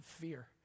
fear